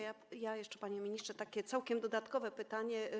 Ja mam jeszcze, panie ministrze, takie całkiem dodatkowe pytanie.